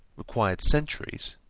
required centuries,